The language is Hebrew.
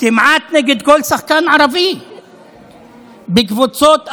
כמעט נגד כל שחקן ערבי בקבוצות אחרות.